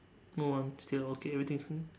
move on still okay everything's fine